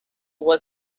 was